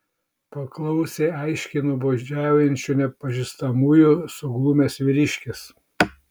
paklausė aiškiai nuobodžiaujančių nepažįstamųjų suglumęs vyriškis